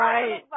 Right